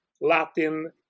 Latin